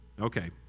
Okay